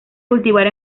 cultivar